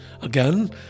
Again